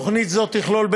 תוכנית זו תכלול,